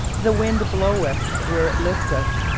the wind bloweth where it listeth,